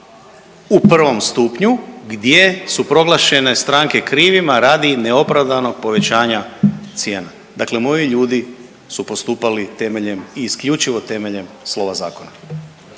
u prvom stupnju gdje su proglašene stranke krivima radi neopravdanog povećanja cijena. Dakle, moji ljudi su postupali temeljem, isključivo temeljem slova zakona.